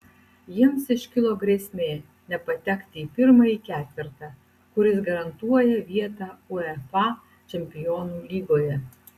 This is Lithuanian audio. jiems iškilo grėsmė nepatekti į pirmąjį ketvertą kuris garantuoja vietą uefa čempionų lygoje